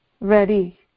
ready